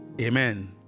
Amen